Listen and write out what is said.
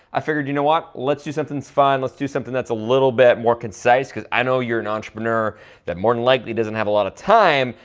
i figured, you know what, let's do something fun, let's do something that's a little bit more concise, cause i know you're an entrepreneur that more than likely does not and have a lot of time,